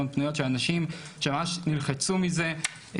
המון פניות של אנשים שממש נלחצו מזה,